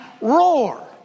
roar